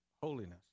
holiness